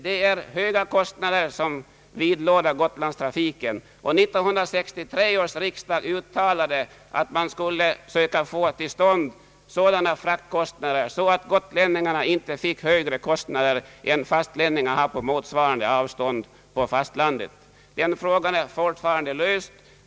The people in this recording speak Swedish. Det är höga kostnader som vidlåder gotlandstrafiken, och 1963 års riksdag uttalade att man skulle söka få till stånd sådana fraktkostnader att gotlänningarna inte fick högre kostnader än fastlänningarna har på motsvarande avstånd på fastlandet. Frågan är fortfarande olöst.